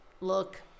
look